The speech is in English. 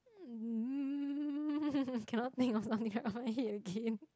um cannot think of something right off my head again